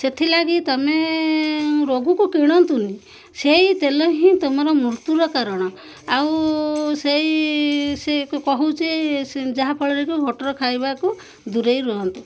ସେଥିଲାଗି ତମେ ରୋଗକୁ କିଣନ୍ତୁନି ସେଇ ତେଲ ହିଁ ତମର ମୃତ୍ୟୁର କାରଣ ଆଉ ସେଇ ସେ କହୁଛି ଯାହାଫଳରେ କି ଭୋଟର ଖାଇବାକୁ ଦୂରେଇ ରୁହନ୍ତୁ